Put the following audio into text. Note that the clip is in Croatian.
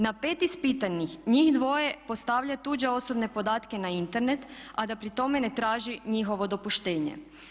Na pet ispitanih, njih dvoje postavlja tuđe osobne podatke na Internet a da pri tome ne traži njihovo dopuštenje.